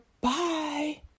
Bye